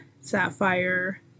sapphire